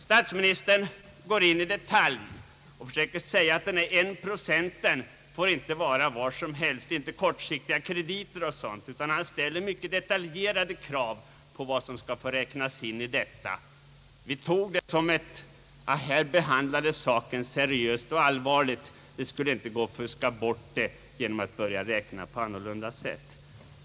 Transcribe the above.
Statsministern förklarade att denna procent inte fick räknas hur som helst — bl.a. fick kortsiktiga krediter inte räknas — utan han ställde mycket detaljerade krav. Vi uppfattade detta som att saken behandlats seriöst. Det skulle inte gå att fuska bort någonting!